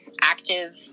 active